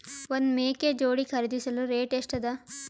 ಒಂದ್ ಮೇಕೆ ಜೋಡಿ ಖರಿದಿಸಲು ರೇಟ್ ಎಷ್ಟ ಅದ?